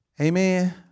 amen